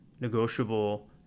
negotiable